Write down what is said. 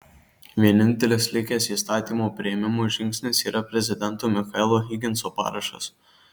vienintelis likęs įstatymo priėmimo žingsnis yra prezidento michaelo higginso parašas